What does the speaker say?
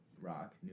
rock